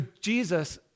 Jesus